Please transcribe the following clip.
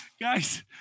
guys